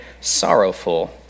sorrowful